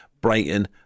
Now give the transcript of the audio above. Brighton